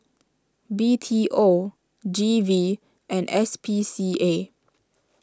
B T O G V and S P C A